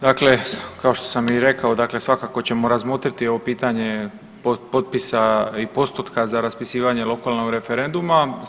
Dakle, kao što sam i rekao svakako ćemo razmotriti ovo pitanje potpisa i postotka za raspisivanje lokalnog referenduma.